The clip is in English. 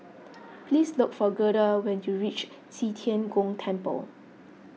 please look for Gerda when you reach Qi Tian Gong Temple